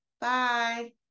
Bye